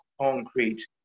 concrete